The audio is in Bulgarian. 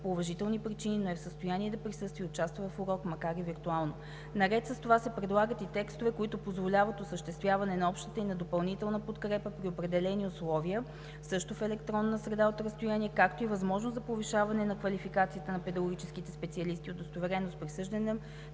30 учебни дни, но е в състояние да присъства и да участва в урок, макар и виртуално. Наред с това се предлагат и текстове, които позволяват осъществяването на общата и допълнителната подкрепа при определени условия също в електронна среда от разстояние, както и възможност за повишаване на квалификацията на педагогическите специалисти, удостоверено с присъждането